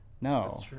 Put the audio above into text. no